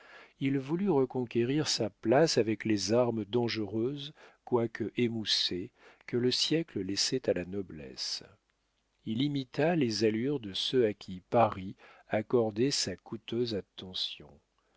il voulut reconquérir sa place avec les armes dangereuses quoique émoussées que le siècle laissait à la noblesse il imita les allures de ceux à qui paris accordait sa coûteuse attention